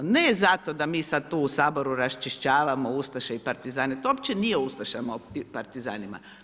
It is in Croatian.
Ne zato, da mi sad tu u Saboru raščišćavamo ustaše i partizani, to uopće nije o ustašama i partizanima.